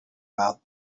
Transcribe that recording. about